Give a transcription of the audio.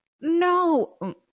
no